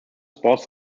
sports